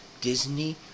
Disney